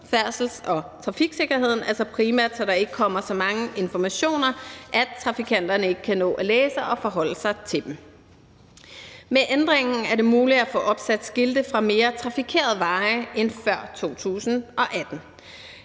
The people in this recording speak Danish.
færdsels- og trafiksikkerheden, altså primært så der ikke kommer så mange informationer, at trafikanterne ikke kan nå at læse dem og forholde sig til dem. Med ændringen er det muligt at få opsat skilte fra mere trafikerede veje end før 2018.